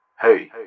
Hey